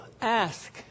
ask